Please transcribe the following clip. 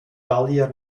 gallier